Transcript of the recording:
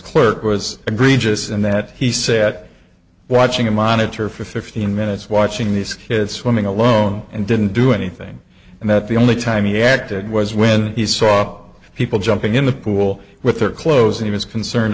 clerk was a green just and that he sat watching a monitor for fifteen minutes watching these kids swimming alone and didn't do anything and that the only time he acted was when he saw people jumping in the pool with their clothes and he was concerned